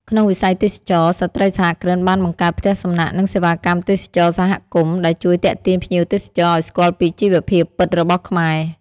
ក្នុងវិស័យទេសចរណ៍ ស្ត្រីសហគ្រិនបានបង្កើតផ្ទះសំណាក់ និងសេវាកម្មទេសចរណ៍សហគមន៍ ដែលជួយទាក់ទាញភ្ញៀវទេសចរឱ្យស្គាល់ពីជីវភាពពិតរបស់ខ្មែរ។